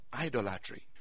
idolatry